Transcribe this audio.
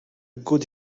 good